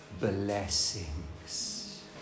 blessings